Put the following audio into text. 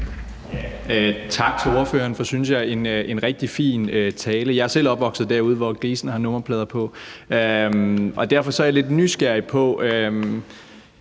for, synes jeg, en rigtig fin tale. Jeg er selv opvokset derude, hvor grisene har nummerplader på, og derfor er jeg lidt nysgerrig på